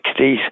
60s